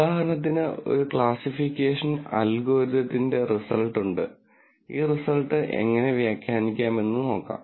ഉദാഹരണത്തിന് ഒരു ക്ലാസ്സിഫിക്കേഷൻ അൽഗോരിതത്തിന്റെ റിസൾട്ട് ഉണ്ട് ഈ റിസൾട്ട് എങ്ങനെ വ്യാഖ്യാനിക്കാമെന്ന് നോക്കാം